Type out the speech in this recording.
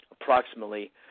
approximately